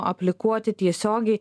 aplikuoti tiesiogiai